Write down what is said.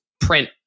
print